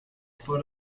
for